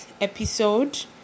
episode